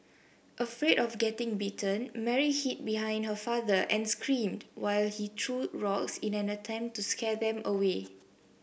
afraid of getting bitten Mary hid behind her father and screamed while he threw rocks in an attempt to scare them away